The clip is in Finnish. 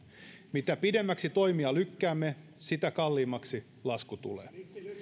mitä pidemmäksi toimia lykkäämme sitä kalliimmaksi lasku tulee